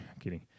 kidding